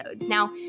Now